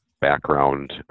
background